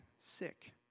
sick